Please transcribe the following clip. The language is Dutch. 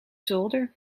zolder